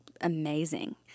amazing